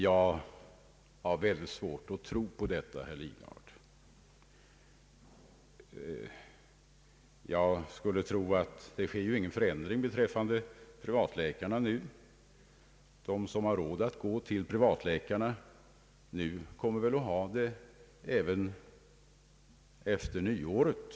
Jag har mycket svårt att tro på detta, herr Lidgard. Det sker ju ingen förändring beträffande privatpraktikerna nu. De som nu har råd att gå till privatpraktikerna kommer väl att ha det även efter nyåret.